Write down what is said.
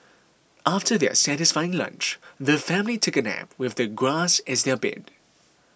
after their satisfying lunch the family took a nap with the grass as their bed